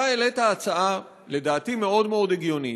אתה העלית הצעה, לדעתי מאוד מאוד הגיונית,